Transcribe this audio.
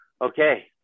okay